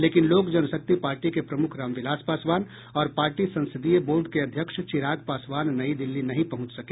लेकिन लोक जनशक्ति पार्टी के प्रमूख रामविलास पासवान और पार्टी संसदीय बोर्ड के अध्यक्ष चिराग पासवान नई दिल्ली नहीं पहुंच सके